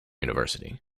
university